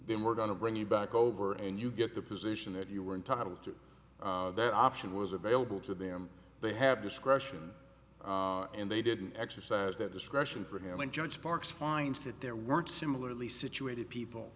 then we're going to bring you back over and you get the position that you were entitled to that option was available to them they had discretion and they didn't exercise that discretion for him and judge sparks finds that there weren't similarly situated people